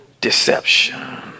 deception